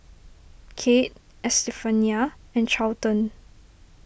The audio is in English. Kade Estefania and Charlton